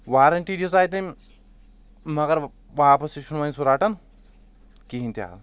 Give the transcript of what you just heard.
warranty دِژاے تٔمۍ مگر واپس تہِ چھُنہٕ وۄنۍ سُہ رٹان کِہنۍ تہ ہا